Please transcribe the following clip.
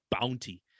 bounty